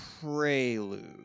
Prelude